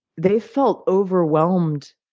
they felt overwhelmed